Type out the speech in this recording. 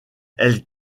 elle